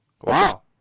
wow